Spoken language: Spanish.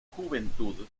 juventud